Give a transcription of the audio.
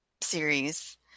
series